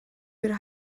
could